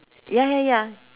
ya ya ya